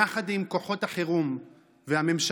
יחד עם כוחות החירום והממשלה,